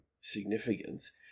significance